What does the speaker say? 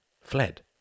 fled